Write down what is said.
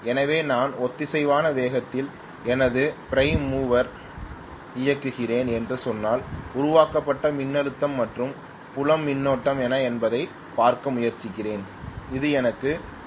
எனவே நான் ஒத்திசைவான வேகத்தில் எனது பிரைம் மூவரை இயக்குகிறேன் என்று சொன்னால் உருவாக்கப்பட்ட மின்னழுத்தம் மற்றும் புலம் மின்னோட்டம் என்ன என்பதைப் பார்க்க முயற்சிக்கிறேன் அது எனக்கு ஓ